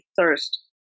thirst